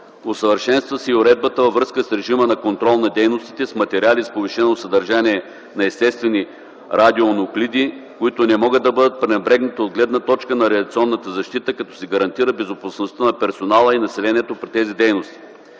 Усъвършенства се и уредбата във връзка с режима на контрол на дейностите с материали с повишено съдържание на естествени радионуклиди, които не могат да бъдат пренебрегнати от гледна точка на радиационната защита, като се гарантира безопасността на персонала и населението при тези дейности.